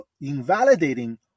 invalidating